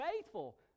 faithful